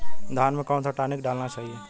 धान में कौन सा टॉनिक डालना चाहिए?